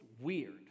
weird